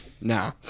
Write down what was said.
nah